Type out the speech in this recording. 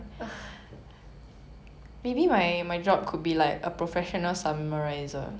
go be content writer lor or like content curator